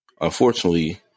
Unfortunately